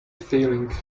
feeling